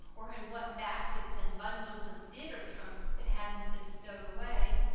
or in what baskets and bundles and theatre trunks it hasn't been stowed away.